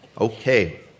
Okay